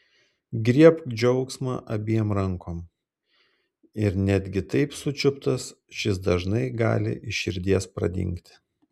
griebk džiaugsmą abiem rankom ir netgi taip sučiuptas šis dažnai gali iš širdies pradingti